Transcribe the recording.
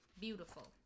Beautiful